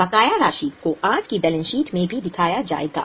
बकाया राशि को आज की बैलेंस शीट में भी दिखाया जाएगा